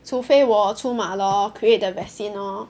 除非我出马 lor create the vaccine lor